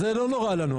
זה לא נורא לנו,